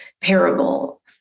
parable